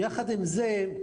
יחד עם זה,